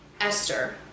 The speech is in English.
Esther